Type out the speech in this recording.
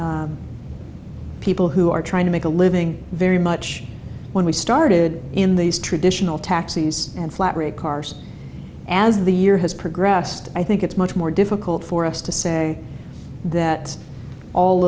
people who are trying to make a living very much when we started in these traditional taxis and flat rate cars as the year has progressed i think it's much more difficult for us to say that all